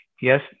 yes